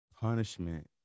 Punishment